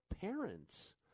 parents